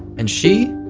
and she?